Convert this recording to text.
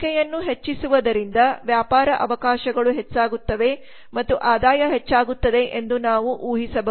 ಬಳಕೆಯನ್ನು ಹೆಚ್ಚಿಸುವುದರಿಂದ ವ್ಯಾಪಾರ ಅವಕಾಶಗಳು ಹೆಚ್ಚಾಗುತ್ತವೆ ಮತ್ತು ಆದಾಯ ಹೆಚ್ಚಾಗುತ್ತದೆ ಎಂದು ನಾವು ಊಹಿಸಬಹುದು